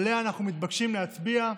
שעליה אנחנו מתבקשים להצביע,